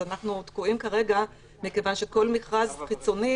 אז אנחנו תקועים כרגע מכיוון שכל מכרז חיצוני